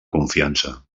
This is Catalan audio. confiança